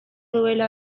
duela